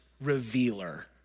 revealer